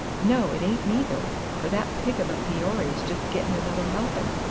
no, it ain't neither, for that pig of a peory's just gittin' another helpin'!